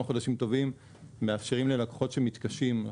חודשים טובים מאפשרים ללקוחות שמתקשים.